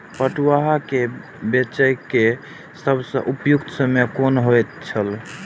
पटुआ केय बेचय केय सबसं उपयुक्त समय कोन होय छल?